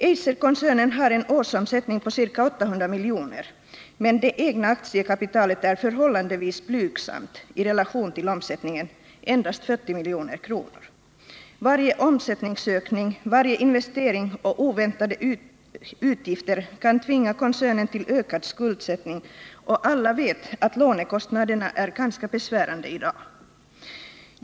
Eiserkoncernen har en årsomsättning på ca 800 milj.kr., men det egna aktiekapitalet är förhållandevis blygsamt i relation till omsättningen, endast 40 milj.kr. Varje omsättningsökning, varje investering och oväntade utgifter kan tvinga koncernen till ökad skuldsättning, och alla vet att lånekostnaderna är ganska besvärande i dag.